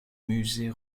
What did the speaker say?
musée